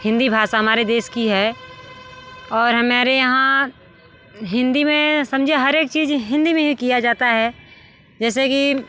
हिंदी भाषा हमारे देश की है और हमारे यहाँ हिंदी में समझिए हर एक चीज हिंदी में किया जाता है जैसे कि